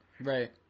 Right